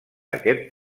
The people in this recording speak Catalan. aquest